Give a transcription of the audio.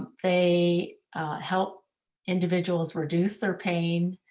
they help individuals reduce their pain.